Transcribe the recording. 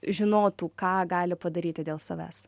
žinotų ką gali padaryti dėl savęs